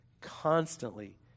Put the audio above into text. constantly